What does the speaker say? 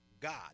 God